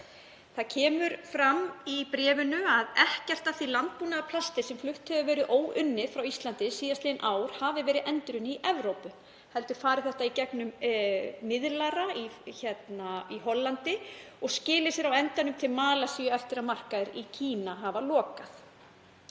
Það kemur fram í bréfinu að ekkert af því landbúnaðarplasti sem flutt hefur verið óunnið frá Íslandi síðastliðin ár hafi verið endurunnið í Evrópu heldur fari þetta í gegnum miðlara í Hollandi og skili sér á endanum til Malasíu eftir að markaðir í Kína hafa lokað.